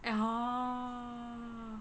yeah